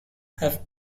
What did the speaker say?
have